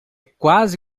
quase